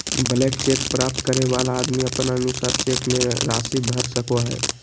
blank cheque प्राप्त करे वाला आदमी अपन अनुसार चेक मे राशि भर सको हय